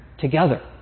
together